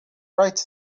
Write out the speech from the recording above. writes